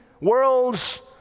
worlds